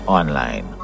online